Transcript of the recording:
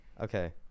Okay